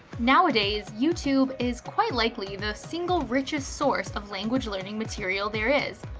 nowadays youtube is quite likely the single richest source of language learning material there is.